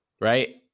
Right